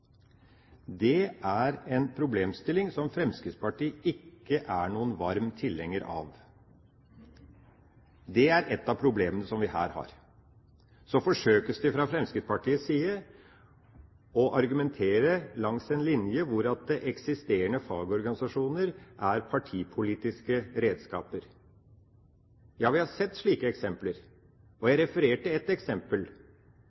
Det er en problemstilling som Fremskrittspartiet ikke er noen varm tilhenger av. Det er ett av problemene vi her har. Så forsøkes det fra Fremskrittspartiets side å argumentere langs en linje hvor eksisterende fagorganisasjoner er partipolitiske redskaper. Ja, vi har sett slike eksempler.